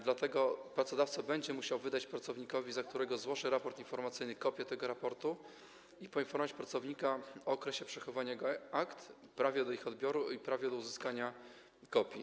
Dlatego pracodawca będzie musiał wydać pracownikowi, za którego złoży raport informacyjny, kopię tego raportu i poinformować pracownika o okresie przechowywania jego akt, prawie do ich odbioru i prawie do uzyskania kopii.